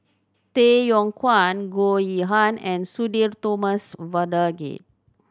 Tay Yong Kwang Goh Yihan and Sudhir Thomas Vadaketh